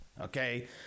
Okay